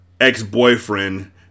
ex-boyfriend